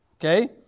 Okay